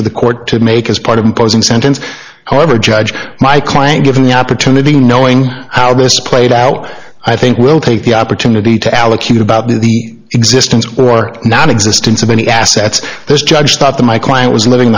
for the court to make as part of imposing sentence however judge my client given the opportunity knowing how this played out i think will take the opportunity to allocute about the existence or not existence of any assets this judge thought that my client was